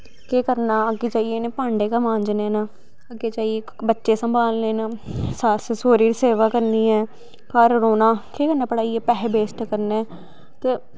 केह् करना अग्गै जाइये इनें भांडे गै मांजने न अग्गै जाइयै बच्चे सम्भालने न सस्स सौह्रे दी सेवा करनी ऐ घर रौह्ना केह् करना पढ़ाइयै पैसे बेस्ट करने ते